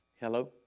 Hello